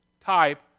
type